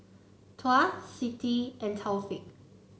Tuah Siti and Taufik